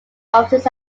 offices